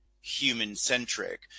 human-centric –